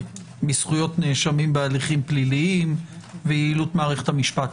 מזכויות נאשמים בהליכים פליליים ויעילות מערכת המשפט.